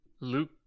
Luke